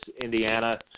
Indiana